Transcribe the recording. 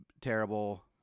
terrible